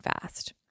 fast